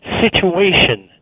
situation